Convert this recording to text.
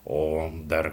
o dar